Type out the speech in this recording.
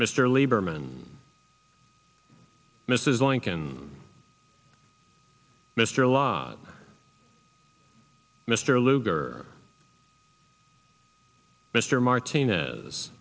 mr lieberman mrs lincoln mr lott mr lugar mr martinez